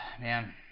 man